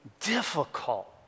difficult